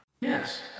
Yes